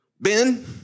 Ben